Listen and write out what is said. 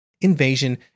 invasion